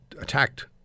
attacked